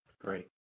Great